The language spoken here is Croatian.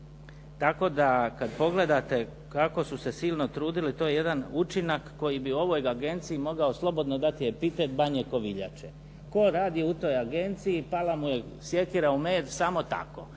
tako da kad pogledate kako su se silno trudili to je jedan učinak koji bi ovoj agenciji mogao slobodno dati epitet banje koviljače, tko radi u toj agenciji pala mu je sjekira u med samo tako.